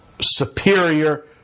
superior